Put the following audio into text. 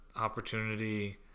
opportunity